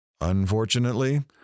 Unfortunately